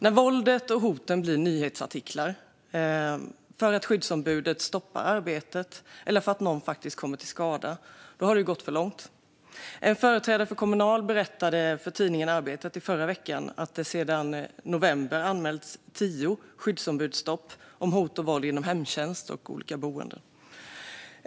När våldet och hoten blir nyhetsartiklar för att skyddsombudet stoppar arbetet eller för att någon faktiskt kommer till skada har det gått för långt. En företrädare för Kommunal berättade för tidningen Arbetet i förra veckan att det sedan november anmälts tio skyddsombudsstopp gällande hot och våld inom hemtjänst och olika boenden.